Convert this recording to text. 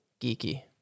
geeky